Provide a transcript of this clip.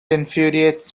infuriates